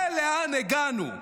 זה לאן הגענו?